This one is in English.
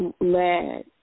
led